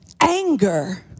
anger